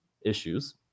issues